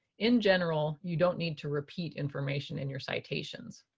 in general, you don't need to repeat information in your citations.